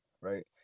right